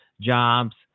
jobs